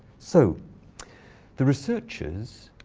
so the researchers